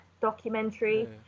documentary